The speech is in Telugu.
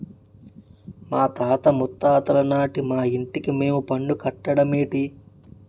మాతాత ముత్తాతలనాటి మా ఇంటికి మేం పన్ను కట్టడ మేటి